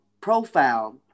profile